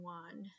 one